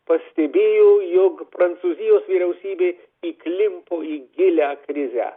pastebėjo jog prancūzijos vyriausybė įklimpo į gilią krizę